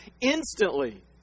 instantly